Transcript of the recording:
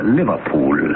liverpool